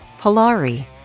polari